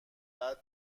بعد